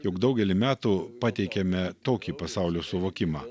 jog daugelį metų pateikėme tokį pasaulio suvokimą